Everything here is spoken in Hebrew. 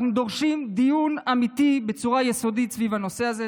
אנחנו דורשים דיון אמיתי בצורה יסודית סביב הנושא הזה.